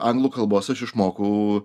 anglų kalbos aš išmokau